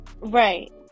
Right